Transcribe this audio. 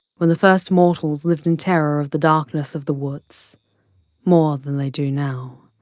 when the first mortals lived in terror of the darkness of the woods more than they do now.